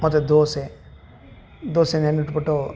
ಮತ್ತು ದೋಸೆ ದೋಸೆ ನೆನಿಟ್ಬುಟ್ಟು